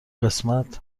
قسمت